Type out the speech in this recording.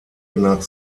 nach